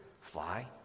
fly